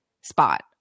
spot